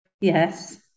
Yes